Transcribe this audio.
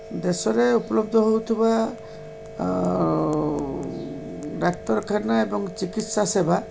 ଦେଶରେ ଉପଲବ୍ଧ ହେଉଥିବା ଡାକ୍ତରଖାନା ଏବଂ ଚିକିତ୍ସାସେବା